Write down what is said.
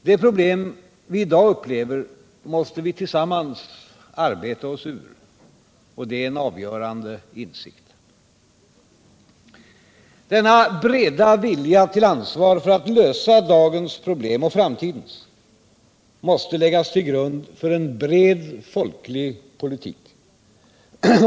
De problem vi i dag upplever måste vi tillsammans arbeta oss ur. Detta är en avgörande insikt. Denna breda vilja till ansvar för att lösa dagens problem och framtidens måste läggas till grund för en bred folklig politik.